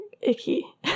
icky